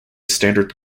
standard